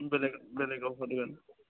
बेलेग बेलेगाव हरदों